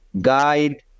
guide